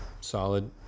Solid